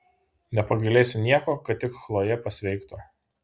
nepagailėsiu nieko kad tik chlojė pasveiktų